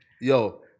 Yo